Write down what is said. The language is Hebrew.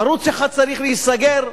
ערוץ-1 צריך להיסגר,